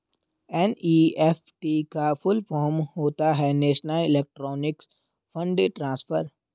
NEFT का full form होता है नेशनल इलेक्ट्रॉनिक्स फण्ड ट्रांसफर